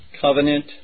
Covenant